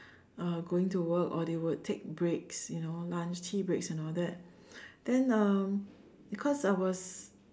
uh going to work or they will take breaks you know lunch tea break and all that then um because I was